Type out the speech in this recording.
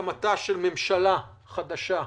הקמתה של ממשלה חדשה,